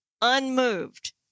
unmoved